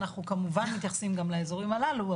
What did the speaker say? אנחנו כמובן גם מתייחסים גם לאזורים הללו.